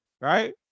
Right